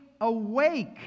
awake